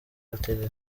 ltd